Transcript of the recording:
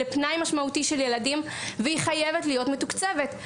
לפנאי משמעותי של ילדים והיא חייבת להיות מתוקצבת.